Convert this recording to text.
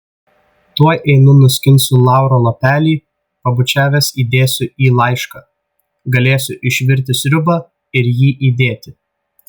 tuoj einu nuskinsiu lauro lapelį pabučiavęs įdėsiu į laišką galėsi išvirti sriubą ir jį įdėti